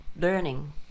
learning